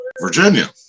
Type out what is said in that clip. Virginia